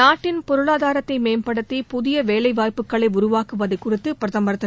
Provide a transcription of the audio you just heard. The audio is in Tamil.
நாட்டின் பொருளாதாரத்தை மேம்படுத்தி புதிய வேலைவாய்ப்புக்களை உருவாக்குவது குறித்து பிரதமர் திரு